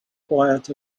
quiet